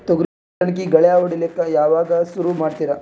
ತೊಗರಿ ಬಿತ್ತಣಿಕಿಗಿ ಗಳ್ಯಾ ಹೋಡಿಲಕ್ಕ ಯಾವಾಗ ಸುರು ಮಾಡತೀರಿ?